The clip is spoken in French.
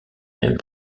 mêmes